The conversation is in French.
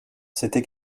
c’était